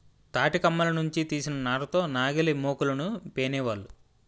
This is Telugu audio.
తాటికమ్మల నుంచి తీసిన నార తో నాగలిమోకులను పేనేవాళ్ళు